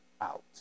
out